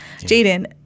Jaden